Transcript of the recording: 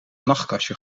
nachtkastje